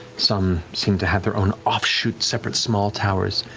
some seem to have their own offshoot separate, small towers,